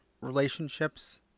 relationships